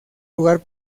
lugar